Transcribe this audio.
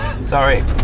Sorry